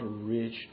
rich